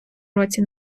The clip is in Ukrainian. році